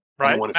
Right